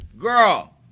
Girl